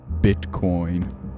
Bitcoin